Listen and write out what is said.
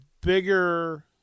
bigger